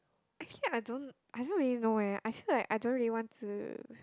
actually I don't I don't really know eh actually I don't really want to